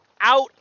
out